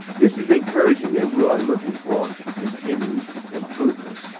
this is encouraging and we are looking for continued improvement.